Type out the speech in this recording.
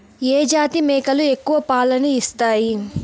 ఏ జాతి మేకలు ఎక్కువ పాలను ఇస్తాయి?